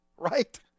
right